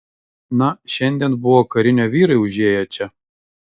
na šiandien buvo karinio vyrai užėję čia